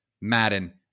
Madden